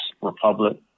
Republic